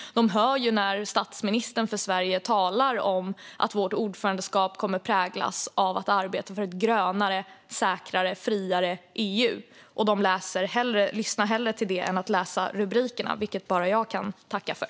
De hör när Sveriges statsminister talar om att vårt ordförandeskap kommer att präglas av ett arbete för ett grönare, säkrare och friare EU. De lyssnar också hellre till det än bara läser rubrikerna. Det tackar jag för.